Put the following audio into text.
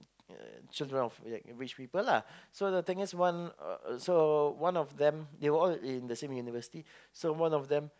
ya children of like rich people lah so the thing is one uh so one of them they were all in the same university so one of them